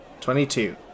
Twenty-two